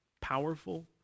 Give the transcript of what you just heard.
Powerful